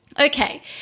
Okay